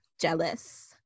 Jealous